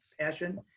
passion